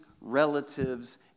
relatives